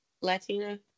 Latina